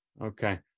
Okay